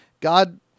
God